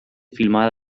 filmada